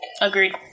Agreed